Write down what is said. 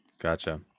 gotcha